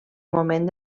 moment